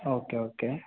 okay okay